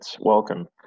welcome